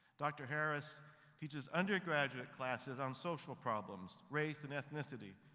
dr. harris teaches undergraduate classes on social problems, race and ethnicity,